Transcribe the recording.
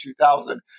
2000